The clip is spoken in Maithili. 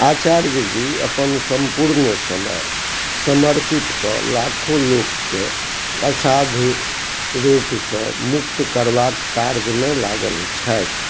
आचार्यजी अपन सम्पूर्ण समय सपर्पित कऽ लाखो लोकके असाध्य रोगसँ मुक्त करबाक कार्यमे लागल छथि